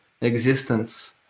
existence